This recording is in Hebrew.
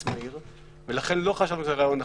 מהיר ולכן לא חשבנו שזה רעיון נכון.